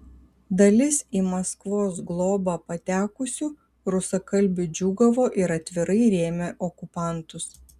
dalis į maskvos globą patekusių rusakalbių džiūgavo ir atvirai rėmė okupantus